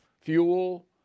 fuel